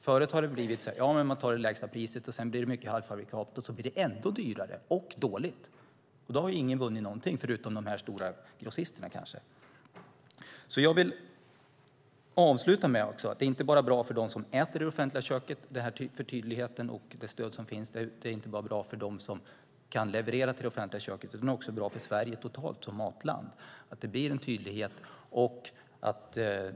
Förut har det varit så att man har tagit det lägsta priset. Då blir det mycket halvfabrikat, och sedan blir det ändå dyrare och dåligt. Då har ingen vunnit någonting förutom de stora grossisterna kanske. Jag vill avsluta med att det här inte bara är bra för dem som äter i det offentliga köket. Tydligheten och det stöd som finns där ute är inte bara bra för dem som kan leverera till det offentliga köket, utan det är också bra för Sverige totalt som matland. Det blir en tydlighet.